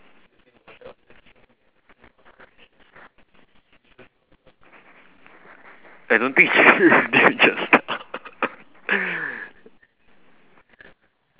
I don't think you said his name just now